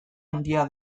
handia